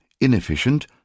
inefficient